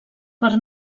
per